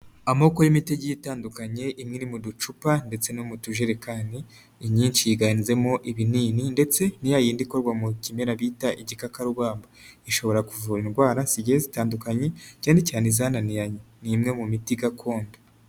Amoko y'imitigi itandukanye imwe iri mu ducupa ndetse no mu tujerekani, inyinshi yiganjemo ibinini ndetse ni yayindi ikorwa mu kimera bita igikakarubamba, ishobora kuvura indwara zigiye zitandukanye cyane cyane izananiranye, ni imwe mu miti gakondo.